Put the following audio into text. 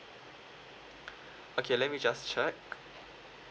okay let me just check